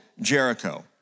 Jericho